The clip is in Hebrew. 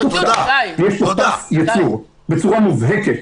--- יש פה פס ייצור בצורה מובהקת